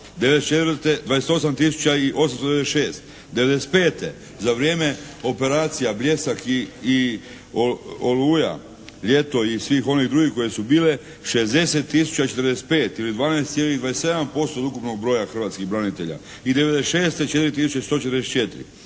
i 896. '95. za vrijeme operacija "Bljesak" i "Oluja", "Ljeto" i svih onih drugih koje su bile 60 tisuća i 45 ili 12,27% od ukupnog broja hrvatskih branitelja. I '96. 4